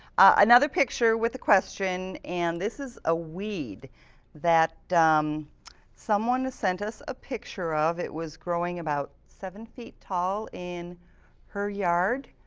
another picture with a question. and this is a weed that um someone sent us a picture of. it was growing about seven feet tall in her yard.